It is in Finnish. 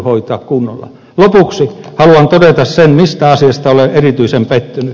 lopuksi haluan todeta sen mistä asiasta olen erityisen pettynyt